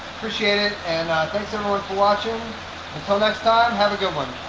appreciate it and thanks everyone for watching until next time have a good one.